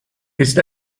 ist